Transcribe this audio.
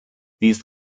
these